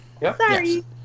Sorry